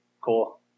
Cool